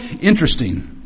interesting